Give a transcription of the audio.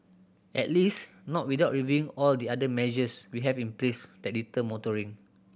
at least not without reviewing all the other measures we have in place that deter motoring